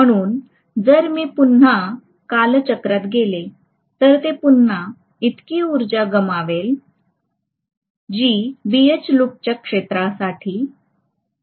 म्हणून जर मी पुन्हा कालचक्रात गेले तर ते पुन्हा इतकी उर्जा गमावेल जी BH लूपच्या क्षेत्राखाली व्यापलेली आहे